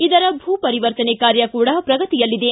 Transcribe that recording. ಇದರ ಭೂ ಪರಿವರ್ತನೆ ಕಾರ್ಯ ಕೂಡ ಪ್ರಗತಿಯಲ್ಲಿದೆ